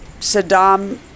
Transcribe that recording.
Saddam